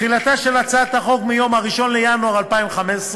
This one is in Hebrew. תחילתה של הצעת החוק ביום 1 בינואר 2015,